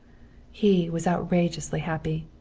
he was outrageously happy.